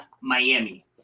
Miami